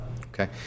Okay